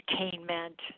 entertainment